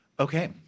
Okay